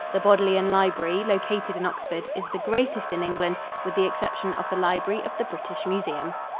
the bodleian library, located in oxford, is the greatest in england, with the exception of the library of the british museum.